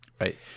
Right